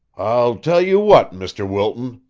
i'll tell you what, mr. wilton,